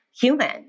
human